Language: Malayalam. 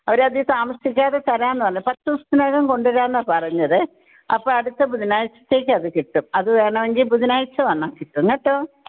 അവരത് താമസിക്കാതെ തരാം എന്ന് പറഞ്ഞ് പത്ത് ദിവസത്തിനകം കൊണ്ട് വരാം എന്നാ പറഞ്ഞത് അപ്പോൾ അടുത്ത ബുധനാഴ്ചക്കകം അത് കിട്ടും അത് വേണമെങ്കിൽ ബുധനാഴ്ച വന്നാൽ കിട്ടും കേട്ടോ